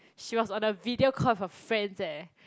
she was on a video call with her friends eh